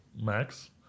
Max